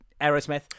Aerosmith